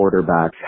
quarterbacks